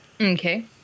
Okay